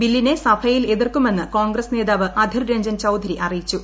ബില്ലിനെ സഭയിൽ എതിർക്കുമെന്ന് കോൺഗ്രസ്സ് നേതാവ് അധിർ രഞ്ജൻ ചൌധരി അറിയിച്ചു